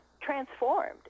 transformed